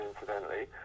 incidentally